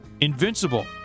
invincible